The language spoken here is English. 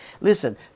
Listen